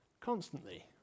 constantly